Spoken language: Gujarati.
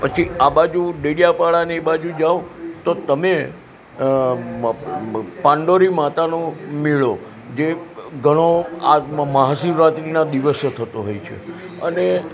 પછી આ બાજુ ડેડિયાપાડા ને એ બાજુ જાઓ તો તમે પાંડોરી માતાનો મેળો જે ઘણો આજ મહાશિવરાત્રિનાં દિવસે થતો હોય છે અને